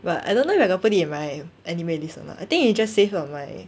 but I don't know if I got put it in my anime list or not I think it just saved on my